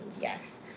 yes